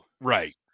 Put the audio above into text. Right